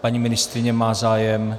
Paní ministryně má zájem?